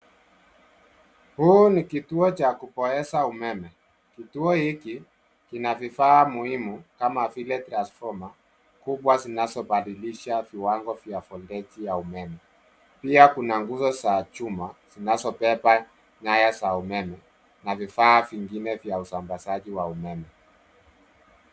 Huu ni kituo cha kupoeza umeme. Kituo hiki kina vifaa muhimu kama vile transfoma kubwa zinazobadilisha viwango vya volteji ya umeme. Pia kuna nguzo za chuma zinazobeba nyaya za umeme na vifaa vingine vya usambazaji wa umeme.